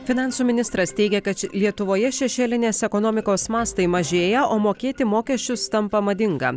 finansų ministras teigia kad ši lietuvoje šešėlinės ekonomikos mastai mažėja o mokėti mokesčius tampa madinga